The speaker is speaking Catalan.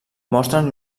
mostren